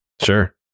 Sure